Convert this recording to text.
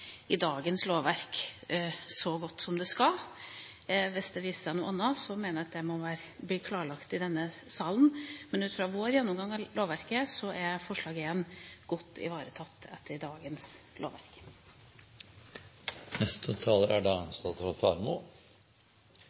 i dagens lovverk så godt som det skal. Hvis det viser seg noe annet, mener jeg at det må bli klarlagt i denne salen, men ut fra vår gjennomgang av lovverket er forslag nr. 1 godt ivaretatt etter dagens lovverk. Jeg er